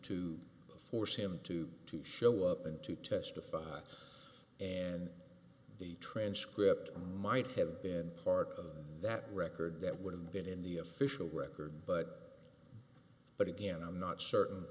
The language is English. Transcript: to force him to show up and to testify and the transcript might have been part of that record that would have been in the official record but but again i'm not certain